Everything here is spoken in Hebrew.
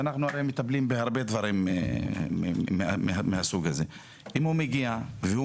ואנחנו הרי מטפלים בהרבה מקרים מהסוג הזה - והוא מסורב,